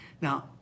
Now